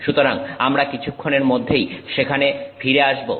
সুতরাং আমরা কিছুক্ষনের মধ্যেই সেখানে ফিরে আসবো